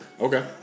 Okay